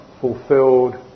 fulfilled